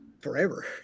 forever